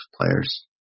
players